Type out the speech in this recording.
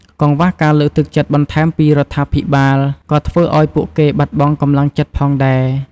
កង្វះការលើកទឹកចិត្តបន្ថែមពីរដ្ឋាភិបាល ក៏ធ្វើឲ្យពួកគេបាត់បង់កម្លាំងចិត្តផងដែរ។